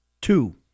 Two